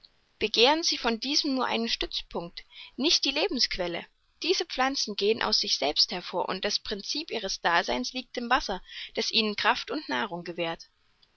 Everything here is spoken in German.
begehren sie von diesem nur einen stützpunkt nicht die lebensquelle diese pflanzen gehen aus sich selbst hervor und das princip ihres daseins liegt im wasser das ihnen kraft und nahrung gewährt